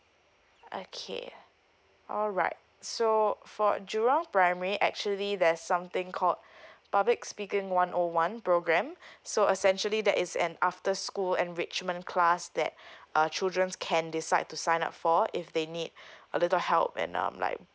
okay alright so for jurong primary actually there's something called public speaking one O one program so essentially that is an after school enrichment class that uh children can decide to sign up for if they need a little help and um like